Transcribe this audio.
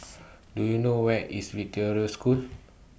Do YOU know Where IS Victoria School